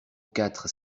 quatre